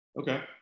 okay